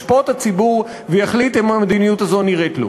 ישפוט הציבור ויחליט אם המדיניות הזו נראית לו.